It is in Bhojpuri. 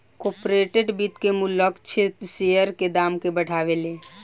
कॉर्पोरेट वित्त के मूल्य लक्ष्य शेयर के दाम के बढ़ावेले